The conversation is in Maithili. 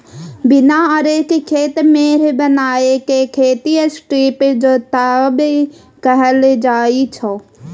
बिना आरिक खेत मेढ़ बनाए केँ खेती स्ट्रीप जोतब कहल जाइ छै